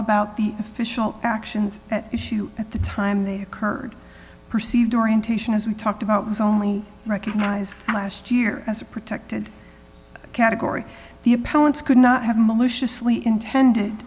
about the official actions at issue at the time they occurred perceived orientation as we talked about was only recognized last year as a protected category the appellants could not have maliciously intended